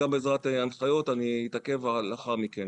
גם בעזרת הנחיות אני אתעכב לאחר מכן.